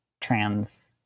trans